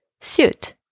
Suit